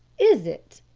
is it?